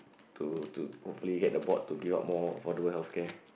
to to hopefully get the board to give out more affordable healthcare